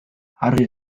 argi